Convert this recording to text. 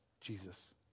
Jesus